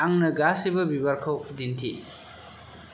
आंनो गासैबो बिबारखौ दिन्थि